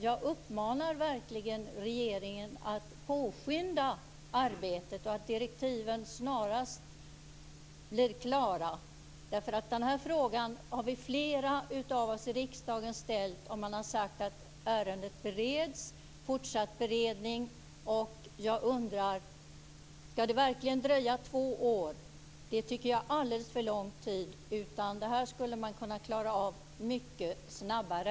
Jag uppmanar verkligen regeringen att påskynda arbetet så att direktiven snarast blir klara. Den här frågan har flera av oss i riksdagen ställt. Man har sagt att ärendet bereds, att det är fortsatt beredning. Jag undrar: Ska det verkligen dröja två år? Det tycker jag är alldeles för lång tid. Det här skulle man kunna klara av mycket snabbare.